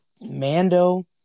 Mando